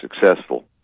successful